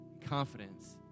confidence